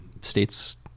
State's